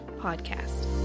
podcast